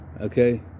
okay